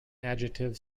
adjective